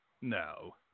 no